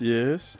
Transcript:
Yes